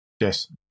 Yes